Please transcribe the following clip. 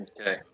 okay